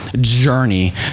journey